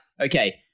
okay